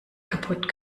kaputt